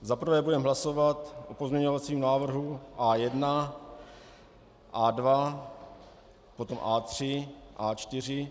Za prvé budeme hlasovat o pozměňovacím návrhu A1, A2, potom A3, A4.